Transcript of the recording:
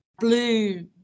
blue